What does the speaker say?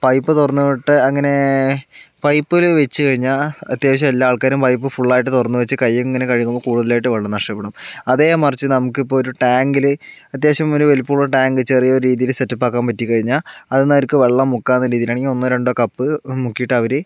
pipe തുറന്ന് വിട്ട് അങ്ങനെ പൈപ്പനു വെച്ച് കഴിഞ്ഞാൽ അത്യാവശ്യം എല്ലാ ആൾക്കാരും പൈപ്പ് ഫുൾ ആയിട്ട് തുറന്നു വെച്ച് കൈ ഇങ്ങനെ കഴുകുമ്പോൾ കൂടുതലായിട്ട് വെള്ളം നഷ്ടപ്പെടും അതേ മറിച്ച് നമുക്കിപ്പോൾ ഒരു ടാങ്കിൽ അത്യാവശ്യം ഒരു വലുപ്പം ഉള്ള ഒരു ടാങ്ക് ചെറിയൊരു രീതീൽ സെറ്റപ്പ് ആക്കാൻ പറ്റി കഴിഞ്ഞാൽ അതീന്നു അവർക്ക് വെള്ളം മുക്കാവുന്ന രീതീലാണെങ്കിൽ ഒന്നോ രണ്ടോ കപ്പ് മുക്കീട്ടവർ